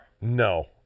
no